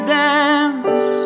dance